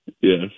Yes